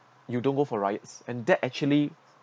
you don't go for riots and that actually